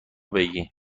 بگی